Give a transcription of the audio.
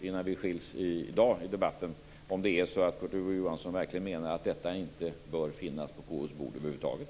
Innan vi skiljs åt i dag vill jag bara klara ut om ifall Kurt Ove Johansson verkligen menar att detta inte bör finnas på KU:s bord över huvud taget.